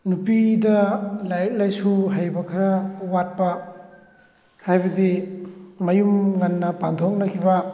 ꯅꯨꯄꯤꯗ ꯂꯥꯏꯔꯤꯛ ꯂꯥꯏꯁꯨ ꯍꯩꯕ ꯈꯔ ꯋꯥꯠꯄ ꯍꯥꯏꯕꯗꯤ ꯃꯌꯨꯝ ꯉꯟꯅ ꯄꯥꯟꯊꯣꯛꯅꯈꯤꯕ